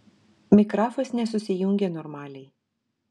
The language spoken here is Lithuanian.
mikrafas nesusijungė normaliai